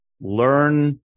learn